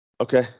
okay